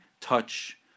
touch